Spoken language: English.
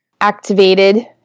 activated